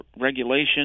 regulation